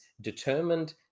determined